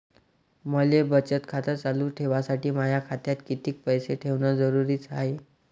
मले बचत खातं चालू ठेवासाठी माया खात्यात कितीक पैसे ठेवण जरुरीच हाय?